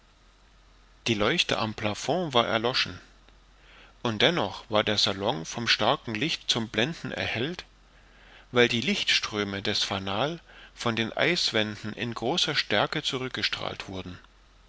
die leuchte am plafond war erloschen und dennoch war der salon von starkem licht zum blenden erhellt weil die lichtströme des fanal von den eiswänden in großer stärke zurückgestrahlt wurden